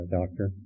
doctor